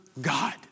God